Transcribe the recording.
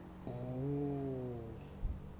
oh